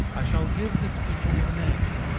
i shall give this people a name,